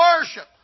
worship